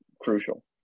crucial